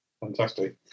Fantastic